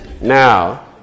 Now